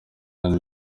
yacu